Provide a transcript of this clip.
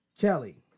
Kelly